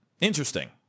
interesting